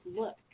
look